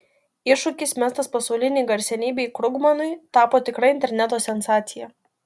iššūkis mestas pasaulinei garsenybei krugmanui tapo tikra interneto sensacija